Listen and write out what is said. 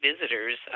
visitors